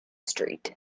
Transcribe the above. street